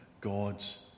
God's